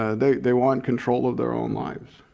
ah they they want control of their own lives.